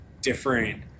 different